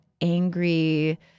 angry